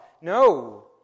No